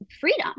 freedom